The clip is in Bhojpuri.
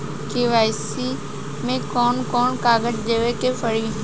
के.वाइ.सी मे कौन कौन कागज देवे के पड़ी?